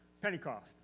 Pentecost